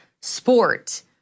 sport